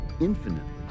infinitely